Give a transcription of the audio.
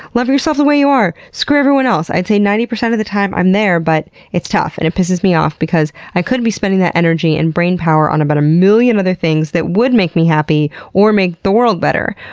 love yourself the way you are! screw everyone else! i'd say ninety percent of the time i'm there but it's tough and it pisses me off because i could be spending that energy and brainpower on about a million other things that would make me happy or make the world better.